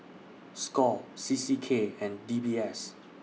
SCORE C C K and D B S